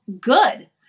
good